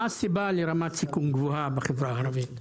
מה הסיבה לרמת סיכון גבוהה בחברה הערבית?